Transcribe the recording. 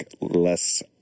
less